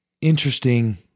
interesting